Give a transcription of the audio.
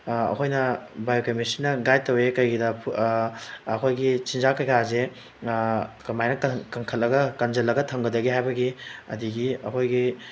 ꯑꯩꯈꯣꯏꯅ ꯕꯥꯏꯌꯣꯀꯦꯃꯤꯁꯇ꯭ꯔꯤꯅ ꯒꯥꯏꯗ ꯇꯧꯋꯦ ꯀꯩꯒꯤꯗ ꯑꯩꯈꯣꯏꯒꯤ ꯆꯤꯟꯖꯥꯛ ꯀꯩꯀꯥꯁꯦ ꯀꯃꯥꯏꯅ ꯀꯟꯈꯠꯂꯒ ꯀꯟꯖꯤꯜꯂꯒ ꯊꯝꯒꯗꯒꯦ ꯍꯥꯏꯕꯒꯤ ꯑꯗꯒꯤ ꯑꯩꯈꯣꯏꯒꯤ